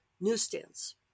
newsstands